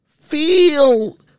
feel